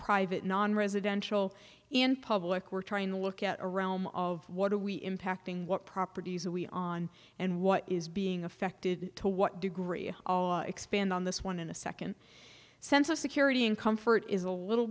private nonresidential in public we're trying to look at around of what are we impacting what properties are we on and what is being affected to what degree and expand on this one in a second sense of security and comfort is a little